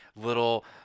little